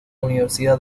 universidad